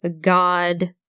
God